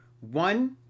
one